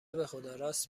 بخداراست